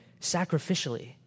Sacrificially